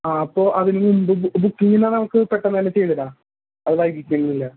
ആ അപ്പോൾ അതിനു മുൻപ് ബുക്കിംഗ് എന്നാൽ നമുക്ക് പെട്ടന്ന് തന്നെ ചെയ്തിടാം അത് വൈകിക്കുന്നില്ല